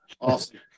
Awesome